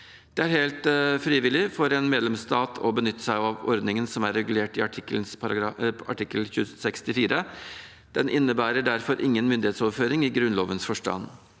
Det er helt frivillig for en medlemsstat å benytte seg av ordningen, som er regulert i artikkel 64. Den innebærer derfor ingen myndighetsoverføring i Grunnlovens forstand.